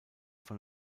von